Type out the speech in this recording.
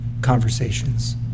conversations